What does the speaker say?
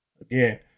Again